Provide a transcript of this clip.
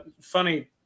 funny